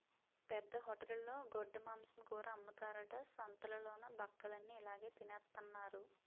పెద్ద హోటలులో గొడ్డుమాంసం కూర అమ్ముతారట సంతాలలోన బక్కలన్ని ఇలాగె తినెత్తన్నారు